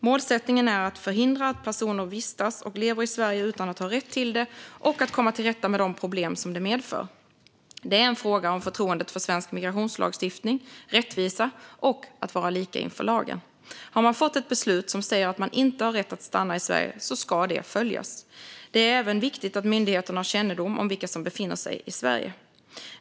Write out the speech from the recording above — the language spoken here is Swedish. Målsättningen är att förhindra att personer vistas och lever i Sverige utan att ha rätt till det och att komma till rätta med de problem det medför. Det är en fråga om förtroendet för svensk migrationslagstiftning, rättvisa och likhet inför lagen. Har man fått ett beslut som säger att man inte har rätt att stanna i Sverige ska det följas. Det är även viktigt att myndigheterna har kännedom om vilka som befinner sig i Sverige.